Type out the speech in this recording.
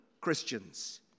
Christians